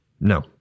no